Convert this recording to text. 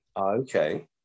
okay